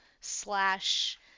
slash